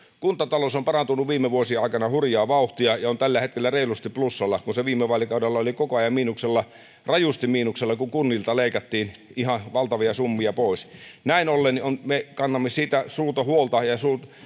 kuntatalous on parantunut viime vuosien aikana hurjaa vauhtia ja on tällä hetkellä reilusti plussalla kun se viime vaalikaudella oli koko ajan miinuksella rajusti miinuksella kun kunnilta leikattiin ihan valtavia summia pois näin ollen me kannamme suurta huolta ja